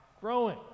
growing